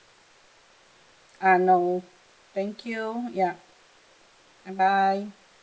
uh no thank you yup bye bye